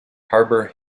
harbor